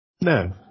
No